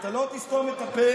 אתה לא תגיד לי